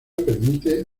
permite